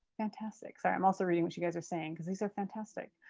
fantastic. sorry. i'm also reading what you guys are saying because these are fantastic.